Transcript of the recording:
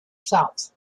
south